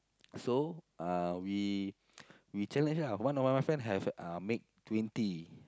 so uh we we challenge lah one of my friend have uh make twenty